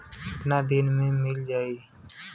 कितना दिन में मील जाई?